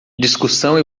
discussão